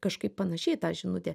kažkaip panašiai ta žinutė